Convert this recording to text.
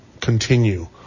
continue